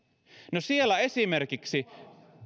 no siellä esimerkiksi